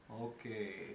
Okay